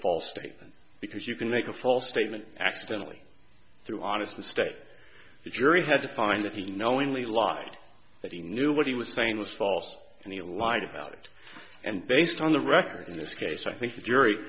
false statement because you can make a false statement accidentally through honest mistake the jury had to find that he knowingly lied that he knew what he was saying was false and he lied about it and based on the record in this case i think the jury